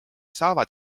saavad